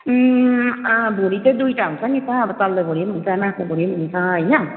भुँडी चाहिँ दुईवटा हुन्छ नि त अब तल्लो भुँडी पनि हुन्छ माथिल्लो भुँडी पनि हुन्छ होइन